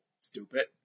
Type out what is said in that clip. Stupid